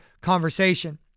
conversation